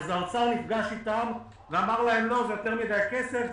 האוצר נפגש אתם ואמר: זה יותר מדי כסף,